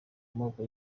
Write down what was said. amoko